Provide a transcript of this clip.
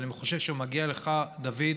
אני חושב שמגיעות לך, דוד,